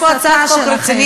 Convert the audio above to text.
יש פה הצעת חוק רצינית.